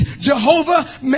Jehovah